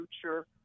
future